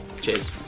cheers